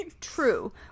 True